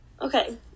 okay